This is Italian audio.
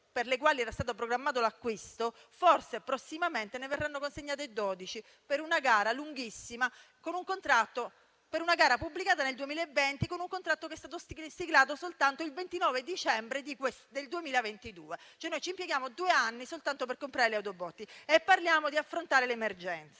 di cui era stato programmato l'acquisto, forse prossimamente ne verranno consegnate 12, a seguito di una gara lunghissima, pubblicata nel 2020, e con un contratto che è stato siglato soltanto il 29 dicembre 2022. Impieghiamo due anni soltanto per comprare le autobotti e parliamo di affrontare l'emergenza.